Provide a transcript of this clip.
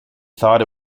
thought